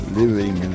living